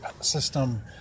system